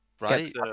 Right